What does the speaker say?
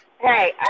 Hey